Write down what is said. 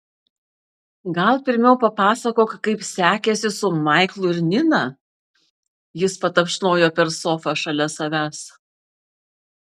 gal pirmiau papasakok kaip sekėsi su maiklu ir nina jis patapšnojo per sofą šalia savęs